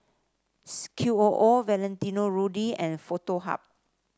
Qoo Valentino Rudy and Foto Hub